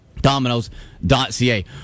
Dominoes.ca